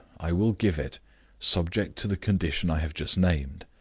i will give it subject to the condition i have just named.